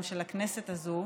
גם של הכנסת הזו,